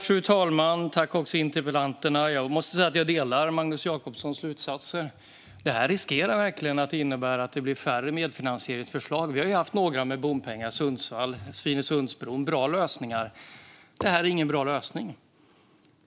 Fru talman! Jag måste säga att jag delar Magnus Jacobssons slutsatser. Detta riskerar verkligen att innebära att det blir färre medfinansieringsförslag. Vi har haft några fall med bompengar, som Sundsvall och Svinesundsbron - bra lösningar. Det här är ingen bra lösning.